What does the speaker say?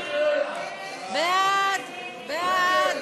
ההסתייגות